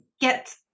get